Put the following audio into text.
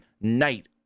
night